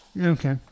Okay